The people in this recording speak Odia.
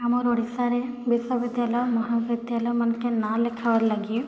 ଆମର୍ ଓଡ଼ିଶାରେ ବିଶ୍ୱବିଦ୍ୟାଲୟ ମହାବିଦ୍ୟାଲୟମାନ୍କେ ନାଁ ଲେଖାବାର୍ ଲାଗି